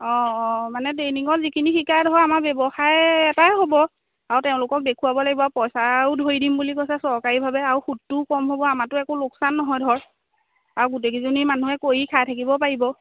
অঁ অঁ মানে ট্ৰেইনিঙত যিখিনি শিকাই ধৰ আমাৰ ব্যৱসায় এটাই হ'ব আৰু তেওঁলোকক দেখুৱাব লাগিব পইচাও ধৰি দিম বুলি কৈছে চৰকাৰীভাৱে আৰু সুদটোও কম হ'ব আমাৰতো একো লোকচান নহয় ধৰ আৰু গোটেইকেইজনী মানুহে কৰি খাই থাকিব পাৰিব